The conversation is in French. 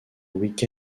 week